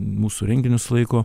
mūsų renginius laiko